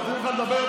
נותנים לך לדבר,